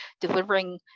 delivering